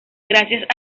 gracias